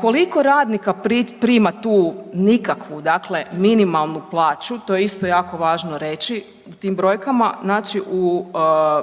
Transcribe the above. Koliko radnika primatu nikakvu minimalnu plaću, to je isto jako važno reći tim brojkama, znači